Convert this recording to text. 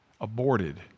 aborted